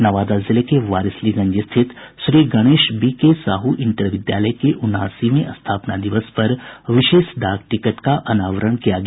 नवादा जिले के वारिसलीगंज स्थित श्री गणेश वीके साहू इंटर विद्यालय के उनासीवें स्थापना दिवस पर विशेष डाक टिकट का अनवारण किया गया